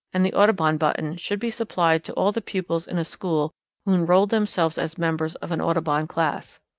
and the audubon button should be supplied to all the pupils in a school who enrolled themselves as members of an audubon class.